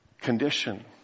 condition